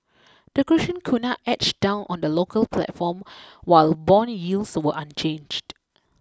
the Croatian Kuna edged down on the local platform while bond yields were unchanged